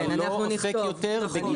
כלומר לא עוסק יותר בגידול.